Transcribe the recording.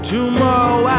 Tomorrow